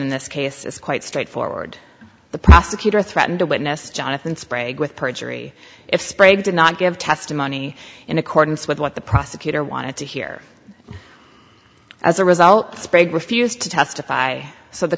in this case is quite straightforward the prosecutor threatened a witness jonathan sprague with perjury if sprague did not give testimony in accordance with what the prosecutor wanted to hear as a result spread refused to testify so the